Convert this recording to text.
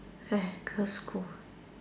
girls' school